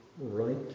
right